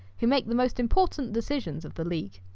who make the most important decisions of the league.